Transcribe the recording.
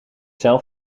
zelf